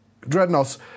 Dreadnoughts